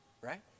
right